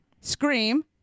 Scream